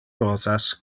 rosas